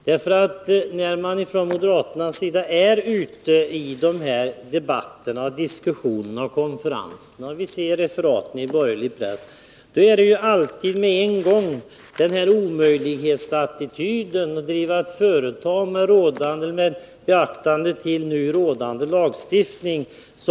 I de debatter, diskussioner och konferenser som förs om de här frågorna framhåller moderaterna alltid enligt referaten i borgerlig press det omöjliga i att driva ett företag med nu rådande lagstiftning.